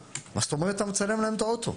מה זאת אומרת את מצלם להם את האוטו?